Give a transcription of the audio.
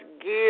give